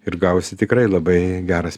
ir gavosi tikrai labai geras